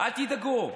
אל תדאגו.